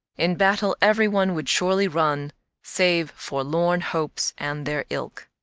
in battle every one would surely run save forlorn hopes and their ilk.